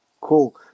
cool